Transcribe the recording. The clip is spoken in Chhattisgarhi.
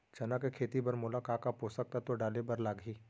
चना के खेती बर मोला का का पोसक तत्व डाले बर लागही?